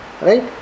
Right